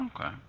okay